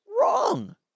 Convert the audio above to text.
wrong